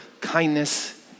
kindness